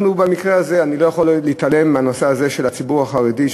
במקרה הזה אני לא יכול להתעלם מהנושא של הציבור החרדי,